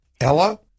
Ella